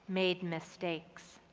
made mistakes.